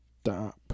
stop